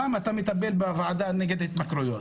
רם, אתה מטפל בוועדה נגד התמכרויות,